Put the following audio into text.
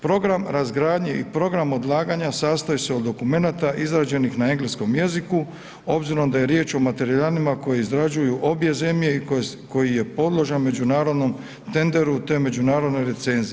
Program razgradnje i program odlaganja sastoji se od dokumenata izrađenih na engleskom jeziku obzirom da je riječ o materijalima koji izrađuju obje zemlje i koji je podložan međunarodnom tenderu te međunarodnoj recenziji.